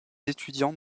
étudiants